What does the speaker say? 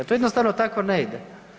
To jednostavno tako ne ide.